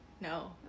No